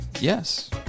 Yes